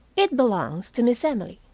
it belongs to miss emily.